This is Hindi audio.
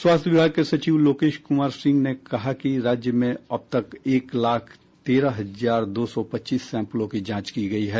स्वास्थ्य विभाग के सचिव लोकेश कुमार सिंह ने कहा कि राज्य में अब तक एक लाख तेरह हजार दो सौ पच्चीस सैंपलों की जांच की गयी है